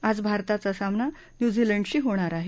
आज भारताच्या सामना न्यूझीलंडशी होणार आहे